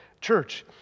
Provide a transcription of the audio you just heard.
church